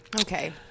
Okay